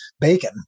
bacon